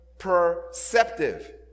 perceptive